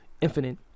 infinite